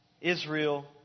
Israel